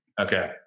Okay